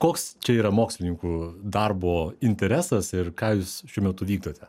koks čia yra mokslininkų darbo interesas ir ką jūs šiuo metu vykdote